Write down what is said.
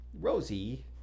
rosie